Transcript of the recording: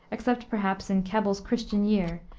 except, perhaps, in keble's christian year,